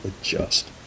adjust